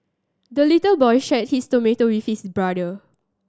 the little boy shared his tomato with his brother